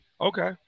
Okay